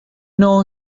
know